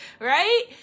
right